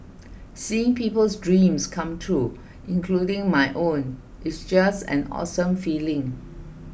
seeing people's dreams come true including my own it's just an awesome feeling